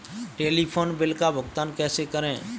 Telephone bill का भुगतान कैसे करें?